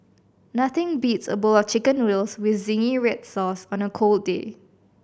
nothing beats a bowl of Chicken Noodles with zingy red sauce on a cold day